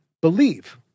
believe